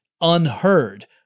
unheard